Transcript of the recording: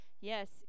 Yes